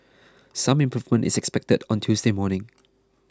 some improvement is expected on Tuesday morning